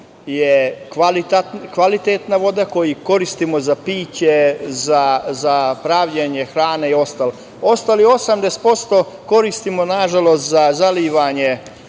je kvalitetna voda koju koristimo za piće, za pravljenje hrane i ostalo. Ostalih 80% koristimo nažalost za zalivanje